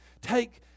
Take